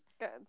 good